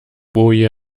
boje